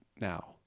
now